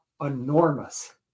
enormous